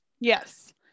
Yes